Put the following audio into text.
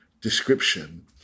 description